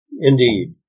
Indeed